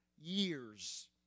years